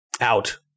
out